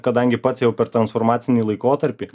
kadangi pats jau per transformacinį laikotarpį